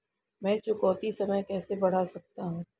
मैं चुकौती समय कैसे बढ़ा सकता हूं?